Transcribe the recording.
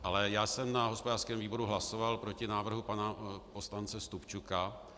Ale já jsem na hospodářském výboru hlasoval proti návrhu pana poslance Stupčuka.